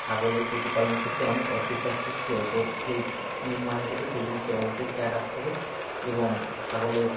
ছাগলের প্রতিপালনের ক্ষেত্রে অনেক অসুবিধার সৃষ্টি হয় তো সেই নির্মাণের ক্ষেত্রে সেই জিনিসের অবশ্যই খেয়াল রাখতে হবে এবং ছাগলের